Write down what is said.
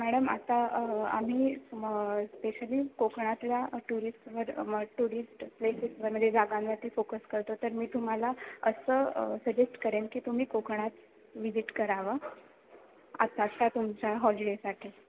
madam आता आम्ही specially कोकणातल्या टुरिस्टवर टुरिस्ट प्लेसेसवर म्हणजे जागांवरती फोकस करतो तर मी तुम्हाला असं सजेस्ट करेन की तुम्ही कोकणात विजिट करावं आत्ताच्या तुमच्या हॉलिडेसाठी